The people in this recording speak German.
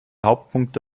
hauptpunkte